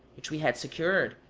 which we had secured,